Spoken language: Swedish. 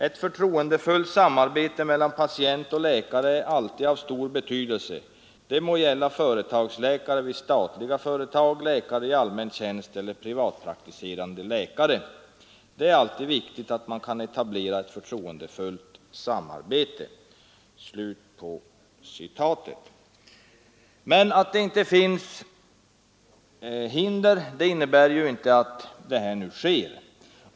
”Ett förtroendefullt förhållande mellan patient och läkare är alltid av stor betydelse; det må gälla företagsläkare vid statliga eller privata företag, läkare i allmän tjänst eller privatpraktiserande läkare. Det är alltid viktigt att man kan etablera ett förtroendefullt samarbete.” Men att det inte finns hinder innebär ju inte att det sker en sådan information.